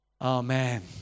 Amen